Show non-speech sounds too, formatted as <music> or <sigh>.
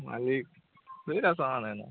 ମାଲିକ୍ <unintelligible> ସମାନ୍ ହେ ନା